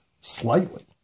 Slightly